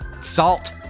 Salt